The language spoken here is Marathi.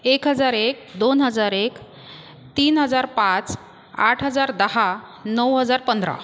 एक हजार एक दोन हजार एक तीन हजार पाच आठ हजार दहा नऊ हजार पंधरा